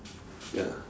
ya